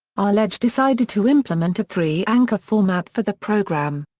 arledge decided to implement a three-anchor format for the program.